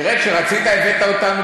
תראה, כשרצית הבאת אותנו